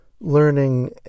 learning